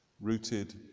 rooted